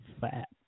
fat